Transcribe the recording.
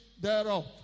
thereof